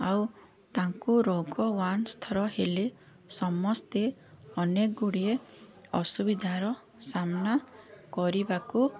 ଆଉ ତାଙ୍କୁ ରୋଗ ୱାନସ୍ ଥର ହେଲେ ସମସ୍ତେ ଅନେକଗୁଡ଼ିଏ ଅସୁବିଧାର ସାମ୍ନା କରିବାକୁ